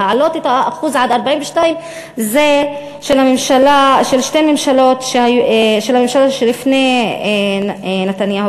להעלות את האחוז עד 42,זה יעד של שתי ממשלות שלפני נתניהו,